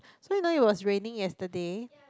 so you know it was raining yesterday